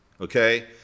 Okay